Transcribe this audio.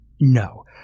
No